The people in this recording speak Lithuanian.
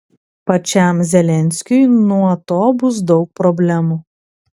pačiam zelenskiui nuo to bus daug problemų